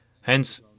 Hence